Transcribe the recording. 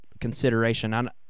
consideration